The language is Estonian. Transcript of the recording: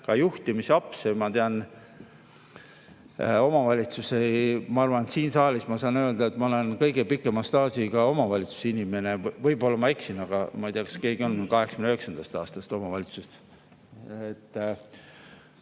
ka juhtimisapse. Ma tean omavalitsusi. Ma arvan, et siin saalis ma saan öelda, et ma olen kõige pikema staažiga omavalitsuse inimene. Võib-olla ma eksin, aga ma ei tea, kas keegi on siin 1989. aastast omavalitsustes.